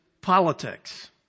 politics